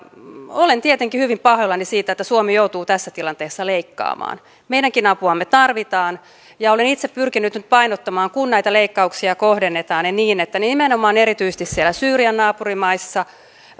olen tietenkin hyvin pahoillani siitä että suomi joutuu tässä tilanteessa leikkaamaan meidänkin apuamme tarvitaan olen itse pyrkinyt nyt painottamaan että kun näitä leikkauksia kohdennetaan kohdennetaan ne niin että nimenomaan erityisesti siellä syyrian naapurimaissa